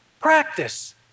Practice